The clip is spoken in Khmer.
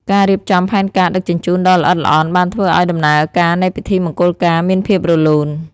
ការរៀបចំផែនការដឹកជញ្ជូនដ៏ល្អិតល្អន់បានធ្វើឱ្យដំណើរការនៃពិធីមង្គលការមានភាពរលូន។